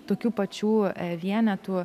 tokių pačių vienetų